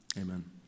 amen